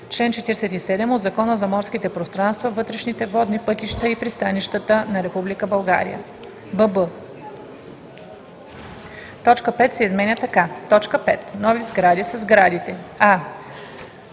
чл. 47 от Закона за морските пространства, вътрешните водни пътища и пристанищата на Република България.“ бб) точка 5 се изменя така: „5. „Нови сгради“ са сградите: а)